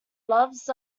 loves